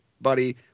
buddy